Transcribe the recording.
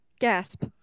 Gasp